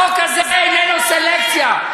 החוק הזה איננו סלקציה.